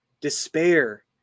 despair